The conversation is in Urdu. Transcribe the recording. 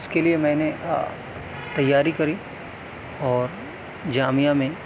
اس کے لیے میں نے تیاری کری اور جامعہ میں